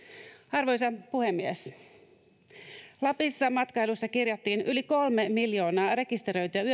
arvoisa puhemies lapissa matkailussa kirjattiin yli kolme miljoonaa rekisteröityä